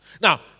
Now